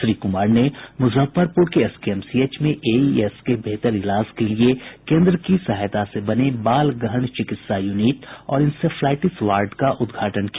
श्री कुमार ने मुजफ्फरपुर के एसकेएमसीएच में एईएस के बेहतर इलाज के लिए केन्द्र की सहायता से बने बाल गहन चिकित्सा यूनिट और इंसेफ्लाइटिस वार्ड का उद्घाटन किया